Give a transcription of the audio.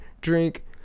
drink